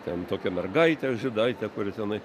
ten tokia mergaitė žydaitė kuri tenai